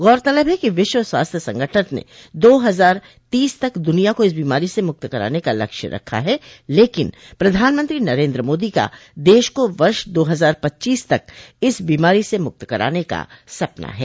गौरतलब है कि विश्व स्वास्थ्य संगठन ने दो हजार तीस तक दुनिया को इस बीमारी से मुक्त कराने का लक्ष्य रखा है लेकिन प्रधानमंत्री नरेन्द्र मोदी का देश को वर्ष दो हजार पच्चीस तक इस बीमारी से मुक्त कराने का सपना है